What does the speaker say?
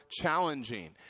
challenging